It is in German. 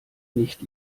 nicht